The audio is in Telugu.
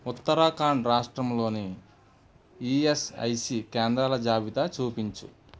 ఉత్తరాఖండ్ రాష్ట్రంలోని ఈఎస్ఐసీ కేంద్రాల జాబితా చూపించు